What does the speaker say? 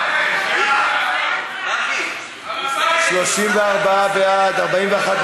איילת נחמיאס ורבין,